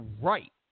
right